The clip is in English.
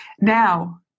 Now